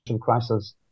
crisis